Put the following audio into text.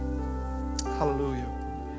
Hallelujah